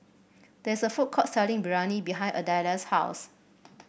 there is a food court selling Biryani behind Adella's house